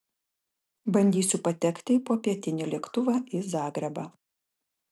bandysiu patekti į popietinį lėktuvą į zagrebą